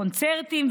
הקונצרטים,